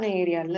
area